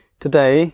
today